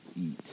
Eat